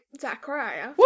Zachariah